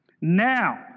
now